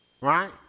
right